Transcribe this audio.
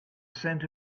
cent